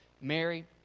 Mary